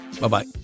Bye-bye